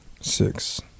six